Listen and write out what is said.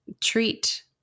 treat